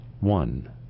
One